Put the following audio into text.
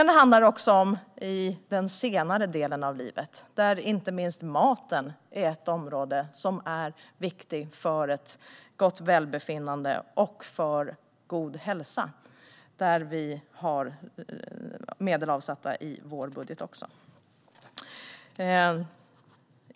Det handlar också om den senare delen av livet, där inte minst maten är ett område som är viktigt för ett gott välbefinnande och för god hälsa. Där har vi också medel avsatta i vår budget.